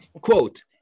quote